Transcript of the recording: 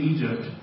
Egypt